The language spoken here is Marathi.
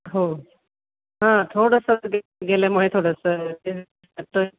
हो हा थोडंसं गेल्यामुळे थोडंसं